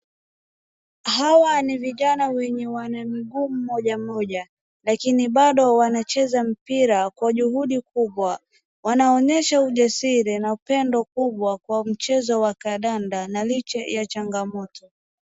Hawa ni vijana wenye wana miguu mmoja mmoja lakini bado wanacheza mpira kwa juhudi kubwa. Wanaonesha ujasiri na upendo kubwa kwa mchezo wa kandanda na licha ya changamoto.